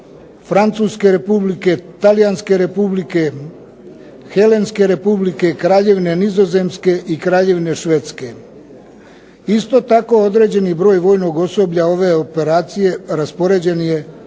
Francuske Republike, Talijanske Republike, Helenske Republike, Kraljevine Nizozemske i Kraljevine Švedske. Isto tako, određeni broj vojnog osoblja ove operacije raspoređen je